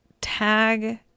tag